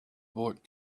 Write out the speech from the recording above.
bought